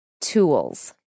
tools